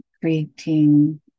Creating